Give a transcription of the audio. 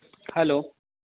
hello